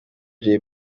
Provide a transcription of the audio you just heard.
jay